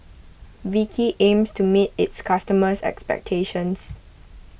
Vichy aims to meet its customers' expectations